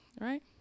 right